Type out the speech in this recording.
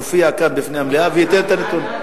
יופיע כאן בפני המליאה וייתן את הנתונים.